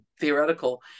theoretical